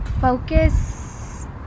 focus